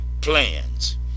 plans